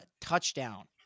touchdown